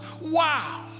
Wow